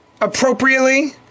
appropriately